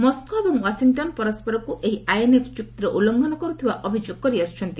Moscow ଏବଂ Washington ପରସରକୁ ଏହି ଆଇଏନ୍ଏଫ୍ ଚୁକ୍ତିର ଲ୍ଲୁଘନ କରୁଥିବା ଅଭିଯୋଗ କରିଆସୁଛନ୍ତି